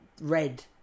red